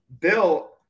Bill